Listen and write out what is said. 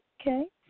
Okay